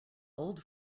old